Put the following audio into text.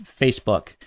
Facebook